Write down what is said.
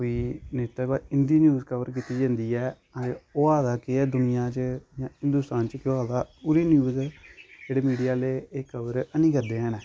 कोई नेता ते बस इं'दी न्यूज कवर कीती जंदी ऐ होआ दा केह् ऐ दुनिया च जां हिंदुस्तान च केह् होआ दा ओह्दी न्यूज एह् जेह्ड़े मीडिया आह्ले इक कवर हैनी करदे है न